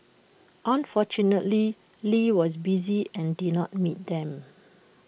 unfortunately lee was busy and did not meet them